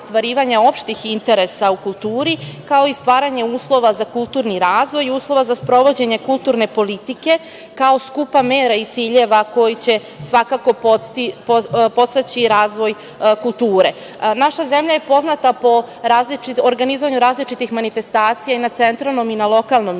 opštih interesa u kulturi, kao i stvaranje uslova za kulturni razvoj i uslova za sprovođenje kulturne politike kao skupa mera i ciljeva koji će svakako podstaći razvoj kulture. Naša zemlja je poznata po organizovanju različitih manifestacija i na centralnom i na lokalnom